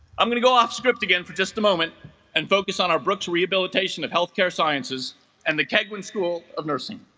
i'm gonna go off script again for just a moment and focus on our brooks rehabilitation of healthcare sciences and the keigwin school of nursing